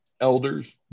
elders